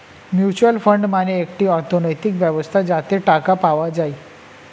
mutual fund মানে একটি অর্থনৈতিক ব্যবস্থা যাতে টাকা পাওয়া যায়